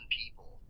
people